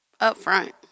upfront